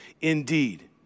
indeed